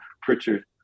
Pritchard